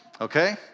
okay